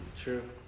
True